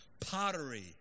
pottery